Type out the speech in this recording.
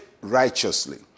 righteously